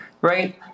right